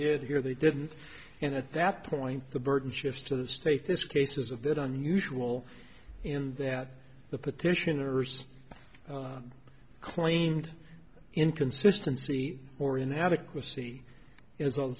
did hear they didn't and at that point the burden shifts to the state this case is a bit unusual in that the petitioners claimed inconsistency or inadequacy is a